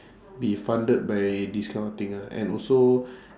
be funded by this kind of thing ah and also